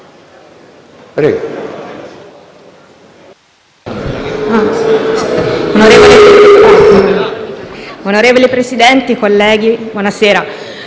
Prego